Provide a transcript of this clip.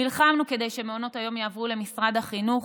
נלחמנו כדי שמעונות היום יעברו למשרד החינוך,